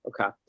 Okay